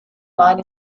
mine